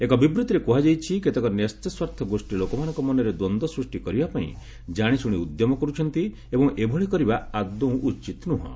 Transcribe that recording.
ଏକ ବିବୃଭିରେ କୁହାଯାଇଛି କେତେକ ନ୍ୟସ୍ତ ସ୍ୱାର୍ଥ ଗୋଷ୍ଠୀ ଲୋକମାନଙ୍କ ମନରେ ଦ୍ୱନ୍ଦ୍ୱ ସୃଷ୍ଟି କରିବା ପାଇଁ ଜାଶିଶୁଣି ଉଦ୍ୟମ କରୁଛନ୍ତି ଏବଂ ଏଭଳି କରିବା ଆଦୌ ଉଚିତ୍ ନୁହଁ